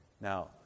Now